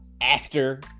actor